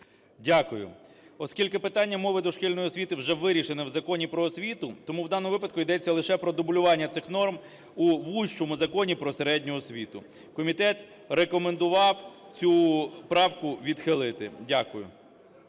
Дякую. Оскільки питання мови дошкільної освіти вже вирішене в Законі "Про освіту", тому в даному випадку йдеться лише про дублювання цих норм у вужчому Законі про середню освіту. Комітет рекомендував цю правку відхилити. Дякую.